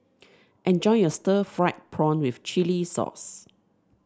enjoy your Stir Fried Prawn with Chili Sauce